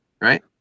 right